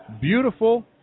beautiful